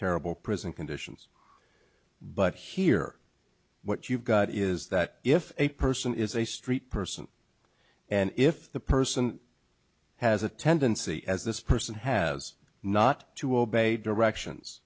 terrible prison conditions but here what you've got is that if a person is a street person and if the person has a tendency as this person has not to obey directions